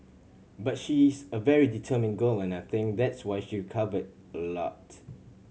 but she's a very determined girl and I think that's why she recovered a lot